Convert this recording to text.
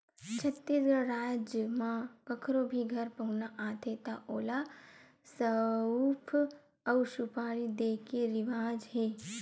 छत्तीसगढ़ राज म कखरो भी घर पहुना आथे त ओला सउफ अउ सुपारी दे के रिवाज हे